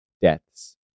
deaths